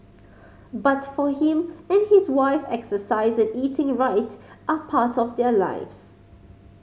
but for him and his wife exercise and eating right are part of their lives